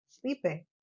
sleeping